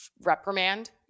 reprimand